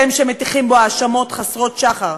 אתם שמטיחים בו האשמות חסרות שחר.